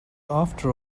after